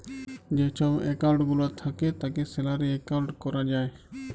যে ছব একাউল্ট গুলা থ্যাকে তাকে স্যালারি একাউল্ট ক্যরা যায়